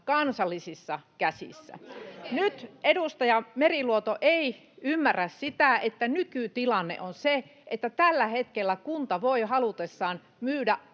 kansallisissa käsissä.” Nyt edustaja Meriluoto ei ymmärrä sitä, että nykytilanne on se, että tällä hetkellä kunta voi halutessaan myydä